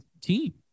team